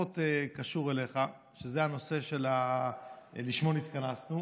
פחות קשור אליך, וזה הנושא שלשמו נתכנסנו: